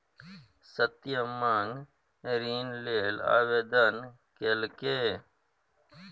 सत्यम माँग ऋण लेल आवेदन केलकै